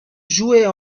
jouer